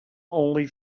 only